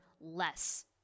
less